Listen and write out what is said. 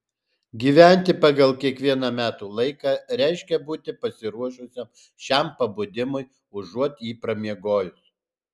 gyventi pagal kiekvieną metų laiką reiškia būti pasiruošusiam šiam pabudimui užuot jį pramiegojus